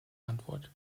antwort